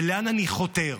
לאן אני חותר?